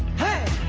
hey,